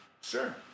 Sure